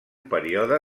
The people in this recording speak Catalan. període